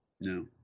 No